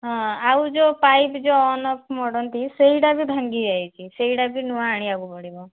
ହଁ ଆଉ ଯେଉଁ ପାଇପ୍ ଯେଉଁ ଅନ୍ ଅଫ୍ ମୋଡ଼ନ୍ତି ସେଇଟାବି ଭାଙ୍ଗି ଯାଇଛି ସେଇଟାବି ନୂଆ ଆଣିବାକୁ ପଡ଼ିବ